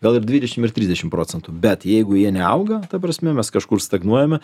gal ir dvidešim ir trisdešim procentų bet jeigu jie neauga ta prasme mes kažkur stagnuojame